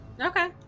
Okay